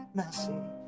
messy